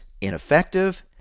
ineffective